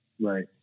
Right